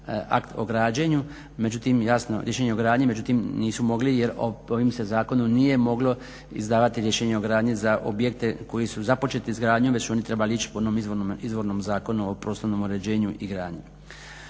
akt o građenju, rješenje o gradnji, međutim nisu mogli jer ovim se zakonom nije moglo izdavati rješenje o gradnji za objekte koji su započeti s izgradnjom već su oni trebali ići po onom izvornom Zakonu o prostornom uređenju i gradnji.